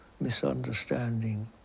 misunderstanding